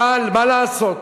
אבל מה לעשות,